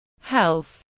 health